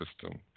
system